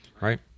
Right